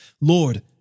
Lord